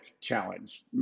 challenge